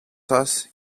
σας